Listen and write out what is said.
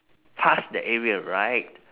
past that area right